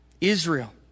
Israel